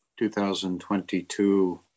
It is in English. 2022